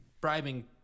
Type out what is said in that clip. bribing